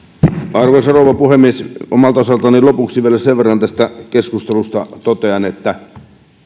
arvoisa rouva puhemies omalta osaltani lopuksi vielä sen verran tästä keskustelusta totean että